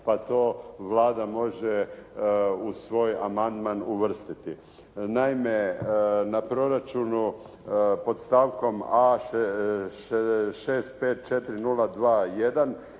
pa to Vlada može u svoj amandman uvrstiti. Naime na proračunu pod stavkom a) 654021